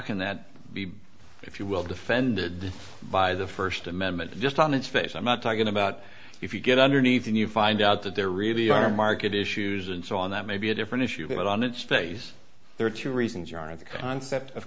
can that be if you will defended by the first amendment just on its face i'm not talking about if you get on your knees and you find out that there really are market issues and so on that may be a different issue but on its face there are two reasons you are in the concept of